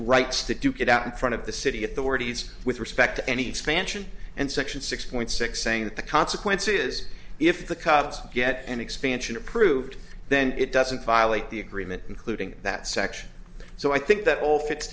rights to duke it out in front of the city authorities with respect to any expansion and section six point six saying the consequences if the cubs get an expansion approved then it doesn't violate the agreement including that section so i think that all fits